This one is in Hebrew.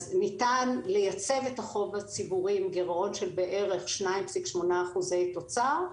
אז ניתן לייצב את החוב הציבורי עם גירעון של בערך 2.8% תוצר,